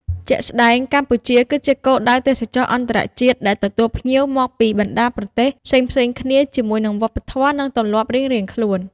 ជាក់ស្តែង កម្ពុជាគឺជាគោលដៅទេសចរណ៍អន្តរជាតិ ដែលទទួលភ្ញៀវមកពីបណ្តាប្រទេសផ្សេងៗគ្នាជាមួយនឹងវប្បធម៌ និងទម្លាប់រៀងៗខ្លួន។